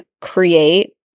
create